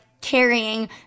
carrying